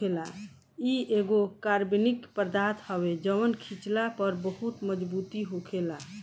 इ एगो कार्बनिक पदार्थ हवे जवन खिचला पर बहुत मजबूत होखेला